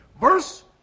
Verse